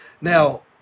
Now